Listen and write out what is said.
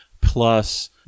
plus